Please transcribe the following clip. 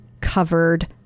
covered